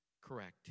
correct